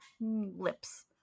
lips